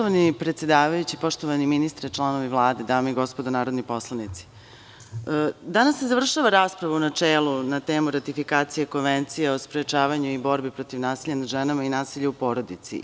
Poštovani predsedavajući, poštovani ministre, članovi Vlade, dame i gospodo narodni poslanici, danas se završava rasprava u načelu na temu ratifikacije Konvencije o sprečavanju i borbi protiv nasilja nad ženama i nasilja u porodici.